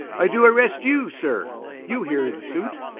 i do arrest you, sir you hear the suit.